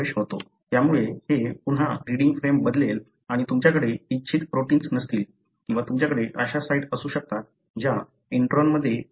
त्यामुळे हे पुन्हा रीडिंग फ्रेम बदलेल आणि तुमच्याकडे इच्छित प्रोटिन्स नसतील किंवा तुमच्याकडे अशा साइट असू शकतात ज्या इंट्रोनमध्ये बदलल्या आहेत